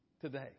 Today